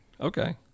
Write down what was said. okay